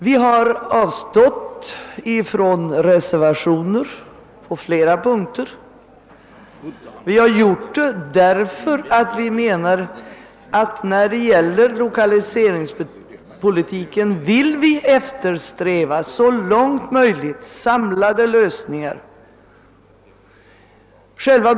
Vi har emellertid på flera punkter avstått från att avge reservationer, eftersom vi så långt möjligt vill eftersträva samlade lösningar inom lokaliseringspolitiken.